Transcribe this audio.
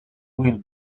will